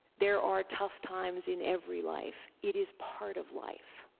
there are tough times in every life. it is part of life.